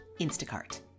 Instacart